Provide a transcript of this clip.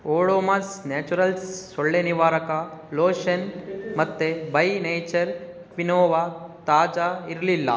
Odomos Naturals ಸೊಳ್ಳೆ ನಿವಾರಕ lotion ಮತ್ತು ಬೈ ನೇಚರ್ ಕ್ವಿನೋವಾ ತಾಜಾ ಇರಲಿಲ್ಲ